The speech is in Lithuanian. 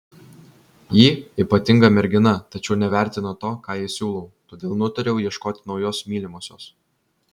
ji ypatinga mergina tačiau nevertina to ką jai siūlau todėl nutariau ieškoti naujos mylimosios